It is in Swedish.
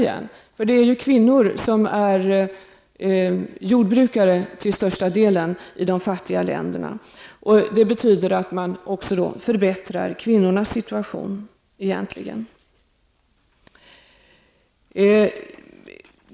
Det är nämligen kvinnor som till största delen är jordbrukare i de fattiga länderna. Det betyder att man härigenom också förbättrar kvinnornas situation.